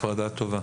הפרדה טובה.